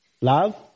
Love